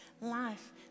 life